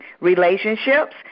relationships